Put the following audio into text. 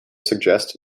suggest